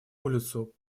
улицу